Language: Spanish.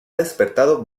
despertado